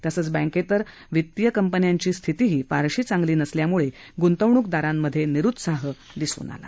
तसंच बँकेतर वितीय कंपन्यांची स्थितीही फारशी चांगली नसल्याम्ळे ग्ंतवणूकदारांमधे निरुत्साह दिसून आला